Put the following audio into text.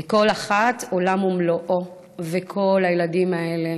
וכל אחת עולם ומלואו, וכל הילדים האלה